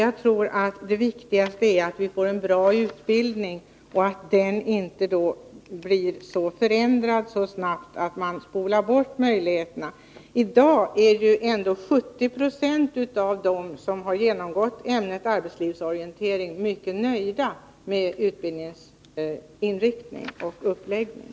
Jag tror att det viktigaste är att vi får en bra utbildning och att den inte förändras så snabbt att de möjligheter som den ger förfuskas. I dag är ändå 70 26 av dem som har genomgått ämnet arbetslivsorientering mycket nöjda med utbildningens inriktning och uppläggning.